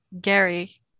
gary